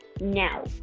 Now